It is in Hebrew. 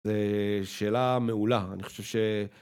זה שאלה מעולה, אני חושב ש...